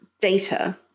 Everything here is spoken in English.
data